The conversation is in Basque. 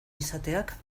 izateak